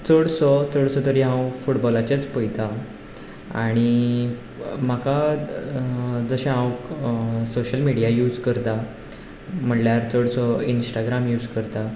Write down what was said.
चडसो चडसो तरी हांव फुटबॉलाचेंच पयता आणी म्हाका जशें हांव सोशियल मिडिया यूज करतां म्हणल्यार चडसो इन्स्टग्राम यूज करतां